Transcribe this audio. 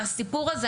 הסיפור הזה,